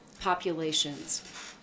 populations